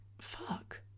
fuck